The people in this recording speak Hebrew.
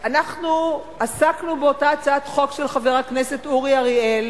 אנחנו עסקנו באותה הצעת חוק של חבר הכנסת אורי אריאל